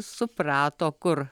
suprato kur